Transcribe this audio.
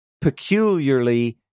peculiarly